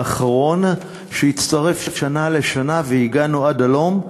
האחרון, שהצטרף שנה לשנה, והגענו עד הלום.